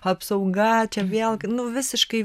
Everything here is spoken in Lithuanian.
apsauga čia vėlgi nu visiškai